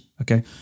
Okay